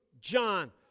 John